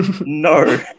No